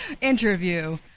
interview